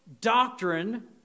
Doctrine